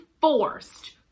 forced